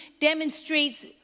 demonstrates